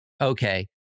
Okay